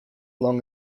long